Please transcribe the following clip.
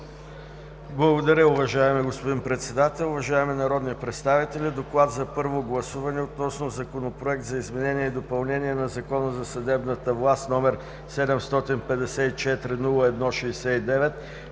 Благодаря, уважаеми господин председател. Уважаеми народни представители! „ДОКЛАД за първо гласуване относно Законопроект за изменение и допълнение на Закона за съдебната власт, № 754-01-69,